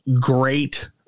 great